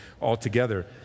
altogether